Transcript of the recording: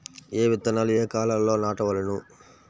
ఏ విత్తనాలు ఏ కాలాలలో నాటవలెను?